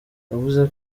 yavuze